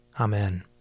Amen